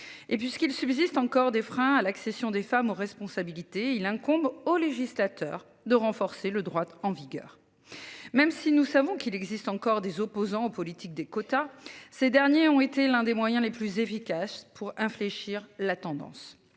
Et puis ce qu'il subsiste encore des freins à l'accession des femmes aux responsabilités, il incombe au législateur de renforcer le droit en vigueur. Même si nous savons qu'il existe encore des opposants politiques des quotas. Ces derniers ont été l'un des moyens les plus efficaces pour infléchir la tendance